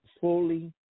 fully